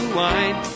wine